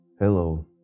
Hello